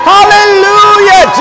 Hallelujah